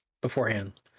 beforehand